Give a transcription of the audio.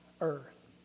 earth